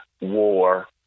war